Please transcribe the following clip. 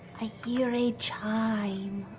i hear a chime.